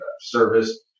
Service